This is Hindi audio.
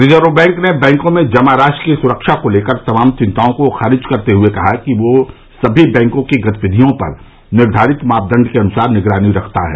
रिजर्व बैंक ने बैंकों में जमा राशि की सुरक्षा को लेकर तमाम चिंताओं को खारिज करते हए कहा है कि वह सभी बैंकों की गतिविधियों पर निर्धारित मापदंड के अनुसार निगरानी रखता है